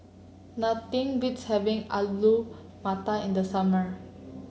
nothing beats having Alu Matar in the summer